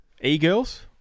e-girls